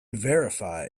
verify